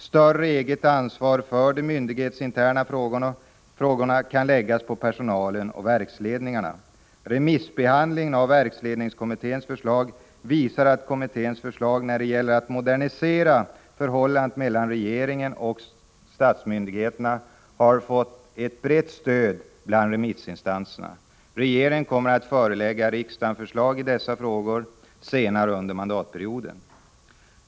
Större eget ansvar för de myndighetsinterna frågorna kan läggas på personalen och verksledningarna. Remissbehandlingen av verksledningskommitténs förslag visar att kommitténs förslag när det gäller en modernisering av förhållandet mellan regeringen och statsmyndigheterna har fått ett brett stöd bland remissinstanserna. Regeringen kommer att förelägga riksdagen förslag i dessa frågor senare under mandatperioden.